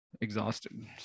exhausted